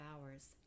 hours